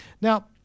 now